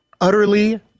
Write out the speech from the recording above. utterly